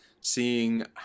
seeing